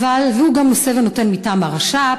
והוא גם נושא ונותן מטעם הרש"פ.